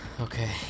okay